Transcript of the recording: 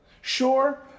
Sure